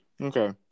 Okay